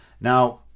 Now